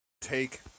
take